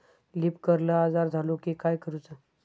Leaf curl आजार झालो की काय करूच?